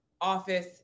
office